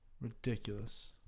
Ridiculous